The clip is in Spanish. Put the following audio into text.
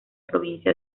provincia